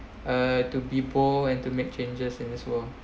uh to people and to make changes in this world